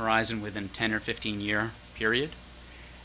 horizon within ten or fifteen year period